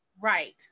Right